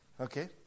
Okay